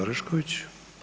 Orešković.